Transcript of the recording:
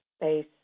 space